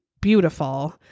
beautiful